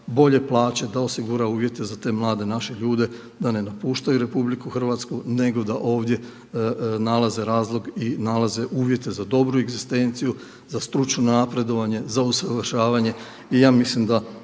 bolje plaće, da osigura uvjete za te mlade naše ljude da ne napuštaju RH nego da ovdje nalaze razlog i nalaze uvjete za dobru egzistenciju, za stručno napredovanje, za usavršavanje. I ja mislim da